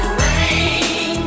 rain